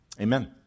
Amen